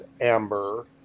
amber